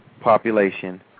population